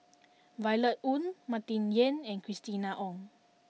Violet Oon Martin Yan and Christina Ong